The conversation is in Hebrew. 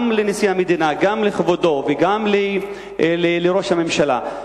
גם לנשיא המדינה, גם לכבודו וגם לראש הממשלה.